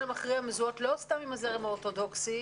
המכריע מזוהות לא סתם עם הזרם האורתודוכסי,